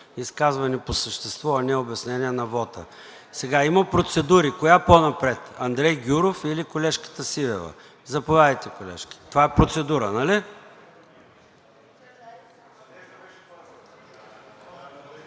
изказване по същество, а не обяснение на вота. Сега има процедури – коя по-напред? Андрей Гюров или колежката Сивева? Заповядайте, колежке. Това е процедура, нали? ТАТЯНА